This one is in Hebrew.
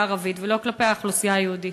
הערבית ולא כלפי האוכלוסייה היהודית?